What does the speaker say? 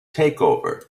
takeover